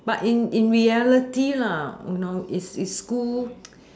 but in in reality lah is is school